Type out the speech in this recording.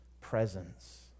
presence